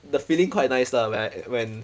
the feeling quite nice lah when I when